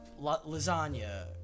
lasagna